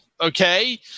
Okay